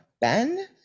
Ben